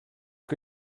que